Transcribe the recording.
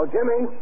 Jimmy